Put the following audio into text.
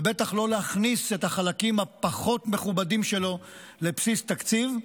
ובטח לא להכניס את החלקים הפחות-מכובדים שלו לבסיס התקציב,